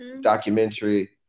documentary